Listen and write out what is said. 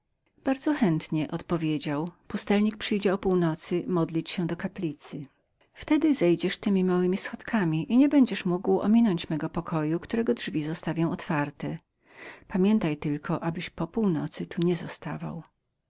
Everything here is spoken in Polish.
bardzo chętnie odpowiedział pustelnik przyjdzie o północy modlić się w kaplicy wtedy zejdziesz temi małemi schodami i nie będziesz mógł ominąć mego pokoju którego drzwi zostawię otwarte pamiętaj tylko abyś dłużej nad północ się nie